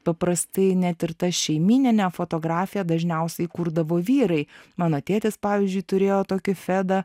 paprastai net ir t šeimyninė fotografija dažniausiai kurdavo vyrai mano tėtis pavyzdžiui turėjo tokį fedą